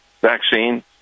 vaccine